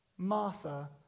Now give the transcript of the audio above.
Martha